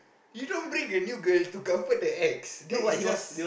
you don't bring a new girl to comfort the ex that is just